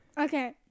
Okay